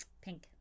Pink